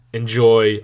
enjoy